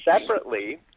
Separately